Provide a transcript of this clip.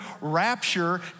rapture